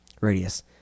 Radius